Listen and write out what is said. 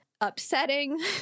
upsetting